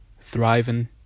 thriving